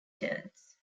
turns